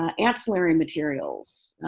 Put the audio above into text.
ah ancillary materials,